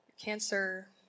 cancer